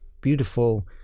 beautiful